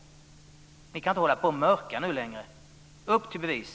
Ni kan inte hålla på och mörka längre. Upp till bevis!